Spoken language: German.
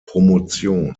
promotion